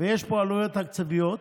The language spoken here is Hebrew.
ויש פה עלויות תקציביות